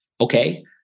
Okay